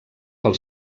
pel